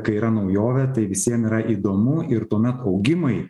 kai yra naujovė tai visiem yra įdomu ir tuomet augimai